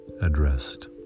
addressed